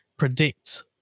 predict